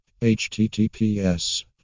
https